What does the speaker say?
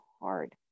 hard